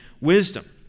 wisdom